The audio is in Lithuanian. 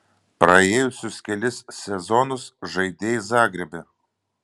praėjusius kelis sezonus žaidei zagrebe